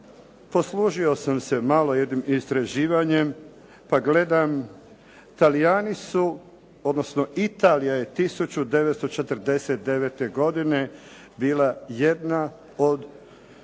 poslužio sam se malo jednim istraživanjem pa gledam Talijani su, odnosno Italija je 1949. godine bila jedna od